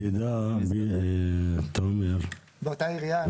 באותה עירייה.